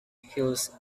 hills